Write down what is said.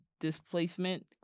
displacement